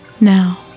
Now